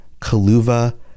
Kaluva